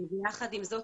יחד עם זה,